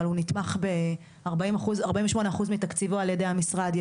אבל הוא נתמך בארבעים ושמונה אחוז מתקציבו על ידי המשרד,